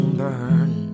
burn